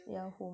yeah home